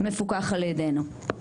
מפוקח על ידינו.